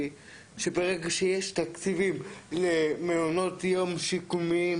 שברגע שיש תקציבים למעונות יום שיקומיים